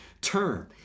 term